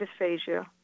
dysphagia